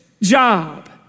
job